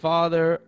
Father